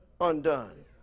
Undone